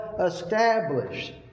established